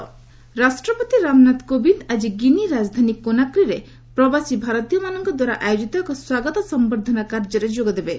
president Guinea ରାଷ୍ଟ୍ରପତି ରାମନାଥ କୋବିନ୍ଦ ଆଜି Guinea ରାଜଧାନୀ କୋନାକ୍ରିରେ ପ୍ରବାସୀ ଭାରତୀୟମାନଙ୍କ ଦ୍ୱାରା ଆୟୋଜିତ ଏକ ସ୍ୱାଗତ ସମ୍ଭର୍ଦ୍ଧନା କାର୍ଯ୍ୟରେ ଯୋଗ ଦେବେ